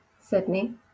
Sydney